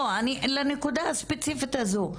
לא, על הנקודה הספציפית הזו,